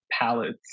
palettes